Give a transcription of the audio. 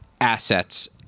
assets